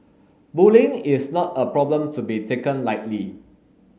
bullying is not a problem to be taken lightly